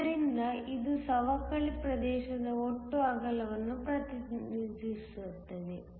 ಆದ್ದರಿಂದ ಇದು ಸವಕಳಿ ಪ್ರದೇಶದ ಒಟ್ಟು ಅಗಲವನ್ನು ಪ್ರತಿನಿಧಿಸುತ್ತದೆ